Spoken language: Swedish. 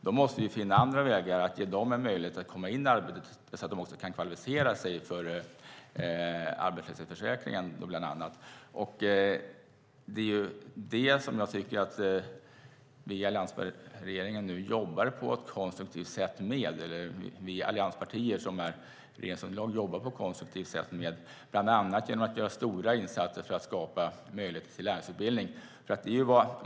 Vi måste finna andra vägar för att ge dem möjlighet att komma in i arbete så att de också kan kvalificera sig för arbetslöshetsförsäkringen. Jag tycker att vi allianspartier som utgör regeringsunderlaget nu jobbar på ett konstruktivt sätt med detta. Vi gör bland annat stora insatser för att skapa möjligheter till lärlingsutbildning.